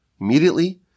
immediately